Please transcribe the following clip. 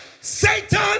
Satan